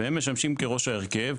והם משמשים כראש ההרכב,